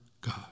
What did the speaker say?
God